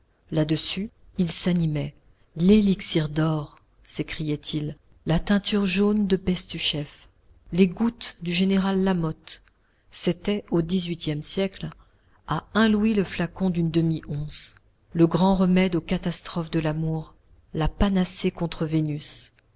là-dessus il s'animait l'élixir d'or s'écriait-il la teinture jaune de bestuchef les gouttes du général lamotte c'était au dix-huitième siècle à un louis le flacon d'une demi once le grand remède aux catastrophes de l'amour la panacée contre vénus